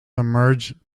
submerged